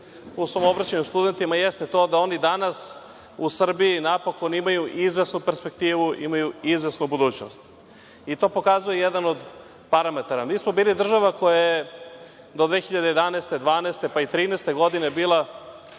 u svom obraćanju studentima jeste to da oni danas u Srbiji napokon imaju izvesnu perspektivu, imaju izvesnu budućnost i to pokazuje jedan od parametara. Mi smo bili država koja je do 2011, 2012, pa i 2013. godine bila